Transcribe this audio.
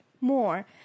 more